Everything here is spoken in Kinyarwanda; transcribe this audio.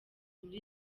muri